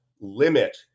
limit